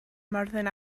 myrddin